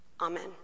Amen